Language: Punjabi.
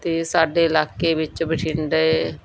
ਅਤੇ ਸਾਡੇ ਇਲਾਕੇ ਵਿੱਚ ਬਠਿੰਡੇ